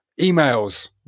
emails